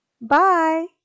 Bye